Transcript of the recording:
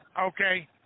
Okay